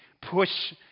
push